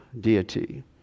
deity